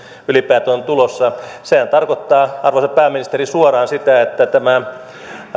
ylipäätään on tulossa sehän tarkoittaa arvoisa pääministeri suoraan sitä että tämä